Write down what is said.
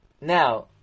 Now